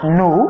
no